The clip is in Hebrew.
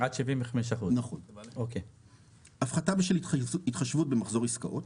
(קריאה) הפחתה בשל התחשבות במחזור עסקאות: